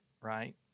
Right